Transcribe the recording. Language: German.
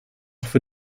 für